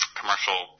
commercial